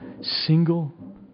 single